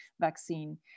vaccine